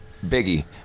biggie